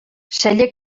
celler